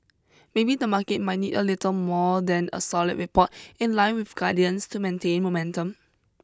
maybe the market might need a little more than a solid report in line with guidance to maintain momentum